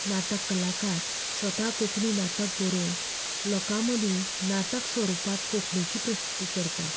नाटक कलाकार स्वता कोंकणी नाटक बरोवन लोकां मदीं नाटक स्वरुपांत कोंकणीची प्रसिद्धी करता